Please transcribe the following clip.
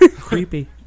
Creepy